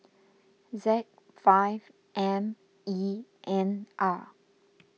Z five M E N R